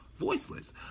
voiceless